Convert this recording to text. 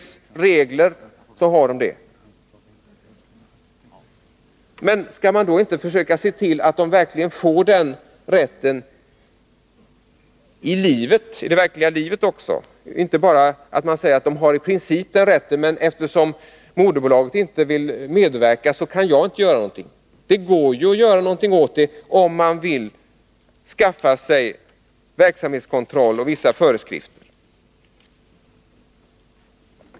Skall man inte försöka se till att de anställda får den här rätten i verkligheten också? Det går ju att göra någonting åt saken, om man vill skaffa sig verksamhetskontroll och införa vissa föreskrifter.